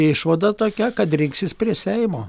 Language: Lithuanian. išvada tokia kad rinksis prie seimo